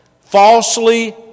falsely